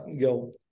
go